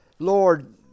Lord